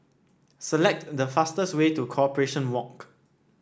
select the fastest way to Corporation Walk